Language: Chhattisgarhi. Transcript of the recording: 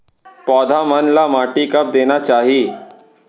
पौधा मन ला माटी कब देना चाही?